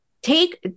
take